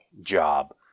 job